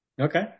Okay